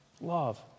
Love